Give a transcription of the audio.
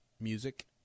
music